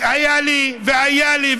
אז היה לי והיה לי,